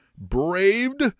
Braved